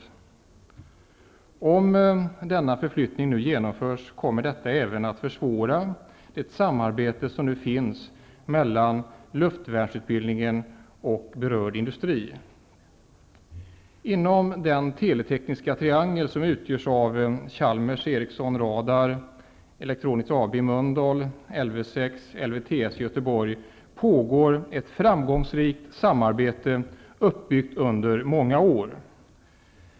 Om denna flyttning nu genomförs kommer detta även att försvåra det samarbete som nu finns mellan luftvärnsutbildningen och berörd industri. Mölndal och Lv 6/LvTS i Göteborg pågår ett framgångsrikt samarbete, uppbyggt under många år.